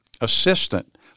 assistant